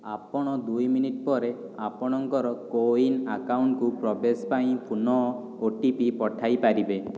ଆପଣ ଦୁଇ ମିନିଟ୍ ପରେ ଆପଣଙ୍କର କୋୱିନ୍ ଆକାଉଣ୍ଟ୍କୁ ପ୍ରବେଶ ପାଇଁ ପୁନଃ ଓ ଟି ପି ପଠାଇ ପାରିବେ